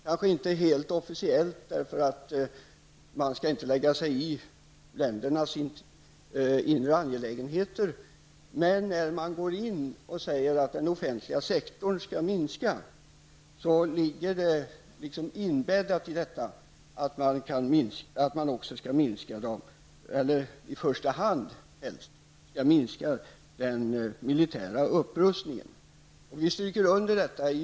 Kanske inte helt officiellt, eftersom Världsbanken inte skall lägga sig i ländernas inre angelägenheter, men när man går in och säger att den offentliga sektorn skall minska, ligger det inbäddat i detta att i första hand den militära upprustningen skall minska i omfattning.